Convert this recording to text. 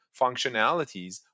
functionalities